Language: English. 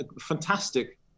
fantastic